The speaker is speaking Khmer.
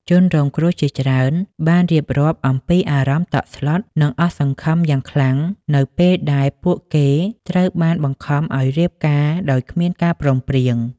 ជនរងគ្រោះជាច្រើនបានរៀបរាប់អំពីអារម្មណ៍តក់ស្លុតនិងអស់សង្ឃឹមយ៉ាងខ្លាំងនៅពេលដែលពួកគេត្រូវបានបង្ខំឲ្យរៀបការដោយគ្មានការព្រមព្រៀង។